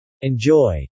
Enjoy